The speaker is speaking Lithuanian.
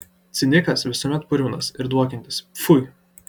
cinikas visuomet purvinas ir dvokiantis pfui